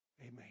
Amen